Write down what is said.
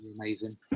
amazing